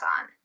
on